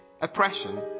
oppression